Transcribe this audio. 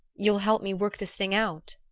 you'll help me work this thing out?